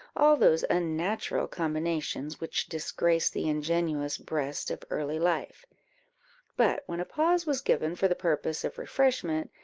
all those unnatural combinations which disgrace the ingenuous breast of early life but when a pause was given for the purpose of refreshment,